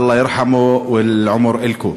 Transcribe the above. (אומר בערבית: השם ירחם עליו ויאריך את חייכם.)